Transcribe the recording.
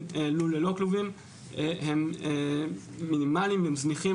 לול ללא כלובים הם מינימליים והם זניחים.